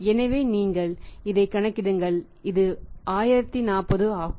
எனவே நீங்கள் இதைக் கணக்கிடுங்கள் இது 1040 ஆகும்